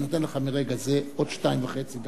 אני נותן לך מרגע זה עוד שתי דקות וחצי.